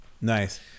Nice